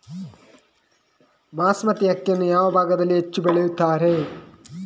ಬಾಸ್ಮತಿ ಅಕ್ಕಿಯನ್ನು ಯಾವ ಭಾಗದಲ್ಲಿ ಹೆಚ್ಚು ಬೆಳೆಯುತ್ತಾರೆ?